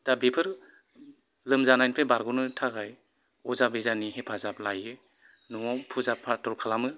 दा बेफोर लोमजानायफ्राय बारग'नो थाखाय अजा बेजानि हेफाजाब लायो न'आव फुजा फाथर खालामो